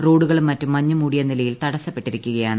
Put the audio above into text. റോഡുകളും മറ്റും മഞ്ഞുമൂടിയ നിലയിൽ തടസ്സപ്പെട്ടിരിക്കുകയാണ്